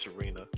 arena